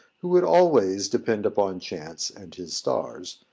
who would always depend upon chance and his stars,